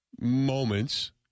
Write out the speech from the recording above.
moments